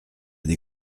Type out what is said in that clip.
des